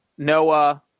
Noah